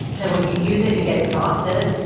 that when you use it you get exhausted.